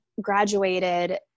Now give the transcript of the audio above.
graduated